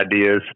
ideas